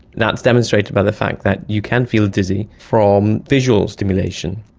that's demonstrated by the fact that you can feel dizzy from visual stimulation.